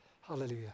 Hallelujah